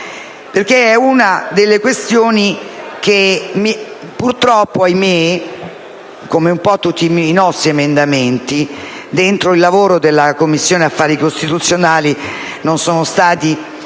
È una delle questioni che purtroppo, ahimè, come un po' tutti i nostri emendamenti nell'ambito del lavoro della Commissione affari costituzionali, non sono state